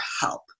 help